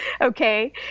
Okay